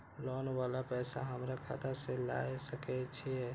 Loan वाला पैसा हमरा खाता से लाय सके छीये?